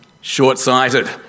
short-sighted